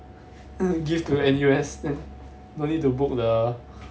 gift to N_U_S no need to book the